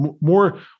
more